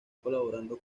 colaborando